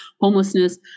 homelessness